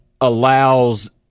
allows